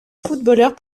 footballeurs